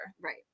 Right